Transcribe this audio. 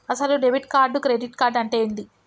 అసలు debit card credit card అంటే ఏంది?